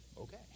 okay